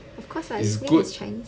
of course what his name is chinese